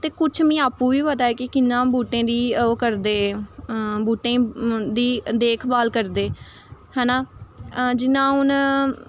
ते कुछ मी आपूं बी पता ऐ के किन्ना बहूटें दी ओह् करदे बहूटें ई दी देख भाल करदे है ना जिन्ना हून